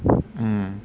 mm